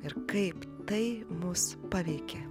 ir kaip tai mus paveikė